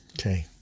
Okay